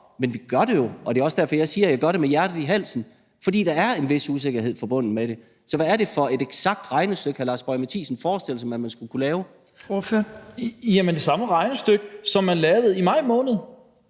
men vi gør det jo, og det er også derfor, jeg siger, at jeg gør det med hjertet i halsen. For der er en vis usikkerhed forbundet med det. Så hvad er det for et eksakt regnestykke, hr. Lars Boje Mathiesen forestiller sig at man skulle kunne lave? Kl. 14:42 Fjerde næstformand (Trine